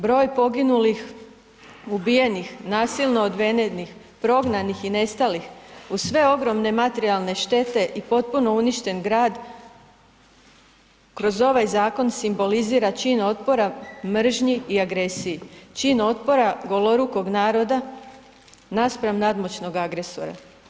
Broj poginulih, ubijenih, nasilno odvedenih, prognanih i nestalih uz sve ogromne materijalne štete i potpuno uništen grad, kroz ovaj zakon simbolizira čin otpora mržnji i agresiji, čin otpora golorukog naroda naspram nadmoćnog agresora.